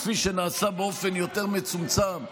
כפי שנעשה באופן יותר מצומצם,